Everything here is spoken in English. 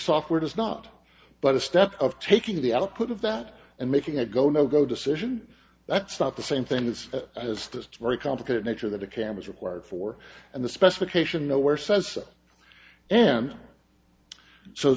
software does not but a step of taking the output of that and making a go no go decision that's not the same thing as is this very complicated nature that a cam is required for and the specification nowhere says and so